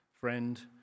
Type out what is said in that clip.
friend